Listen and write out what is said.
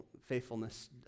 faithfulness